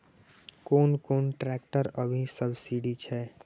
कोन कोन ट्रेक्टर अभी सब्सीडी छै?